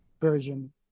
version